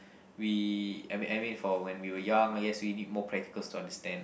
we I mean I mean for when we were young yes we need more practicals to understand